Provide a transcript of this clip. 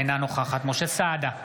אינה נוכחת משה סעדה,